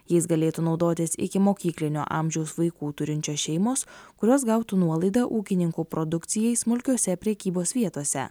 jais galėtų naudotis ikimokyklinio amžiaus vaikų turinčios šeimos kurios gautų nuolaidą ūkininkų produkcijai smulkiose prekybos vietose